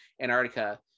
antarctica